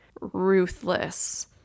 Ruthless